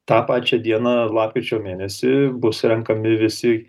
tą pačią dieną lapkričio mėnesį bus renkami visi